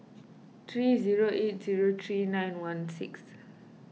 three zero eight zero three nine one six